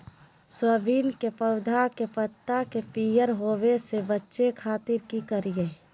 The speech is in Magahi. सोयाबीन के पौधा के पत्ता के पियर होबे से बचावे खातिर की करिअई?